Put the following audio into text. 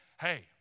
hey